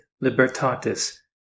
Libertatis